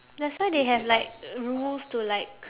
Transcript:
that's why they have like rules to like